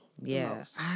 Yes